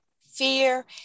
fear